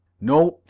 no,